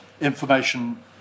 information